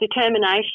determination